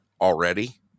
already